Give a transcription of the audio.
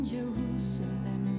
Jerusalem